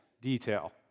detail